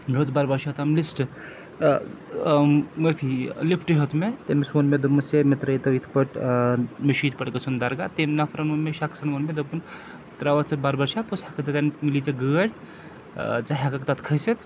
مےٚ ہیوٚت بربَرشاہ تام لِسٹ معٲفی لفٹ ہیوٚت مےٚ تٔمِس ووٚن مےٚ دوٚپمَس ہے مےٚ ترٛٲوتو یِتھ پٲٹھۍ مےٚ چھُ یِتھ پٲٹھۍ گژھُن درگاہ تٔمۍ نفرن ووٚن مےٚ شَخصَن ووٚن مےٚ دوٚپُن بہٕ ترٛاوتھ ژٕ بربَرشاہ پوٚتُس ہٮ۪کَکھ تَتٮ۪ن مِلی ژےٚ گٲڑۍ ژٕ ہٮ۪کَکھ تَتھ کھٔسِتھ